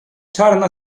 czarna